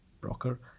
broker